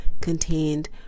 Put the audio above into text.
contained